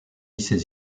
ces